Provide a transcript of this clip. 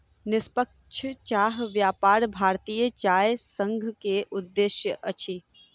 निष्पक्ष चाह व्यापार भारतीय चाय संघ के उद्देश्य अछि